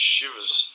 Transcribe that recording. shivers